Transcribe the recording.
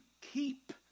keep